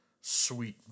sweet